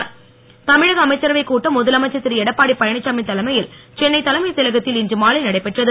அமைச்சரவை தமிழக அமைச்சரவைக் கூட்டம் முதலமைச்சர் திரு எடப்பாடி பழனிச்சாமி தலைமையில் சென்னை தலைமைச் செயலகத்தில் இன்று மாலை நடைபெற்றது